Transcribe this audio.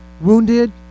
wounded